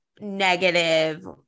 negative